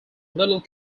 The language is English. little